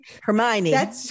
Hermione